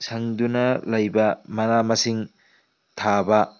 ꯁꯪꯗꯨꯅ ꯂꯩꯕ ꯃꯅꯥ ꯃꯁꯤꯡ ꯊꯥꯕ